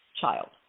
child